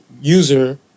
user